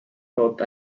thought